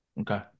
Okay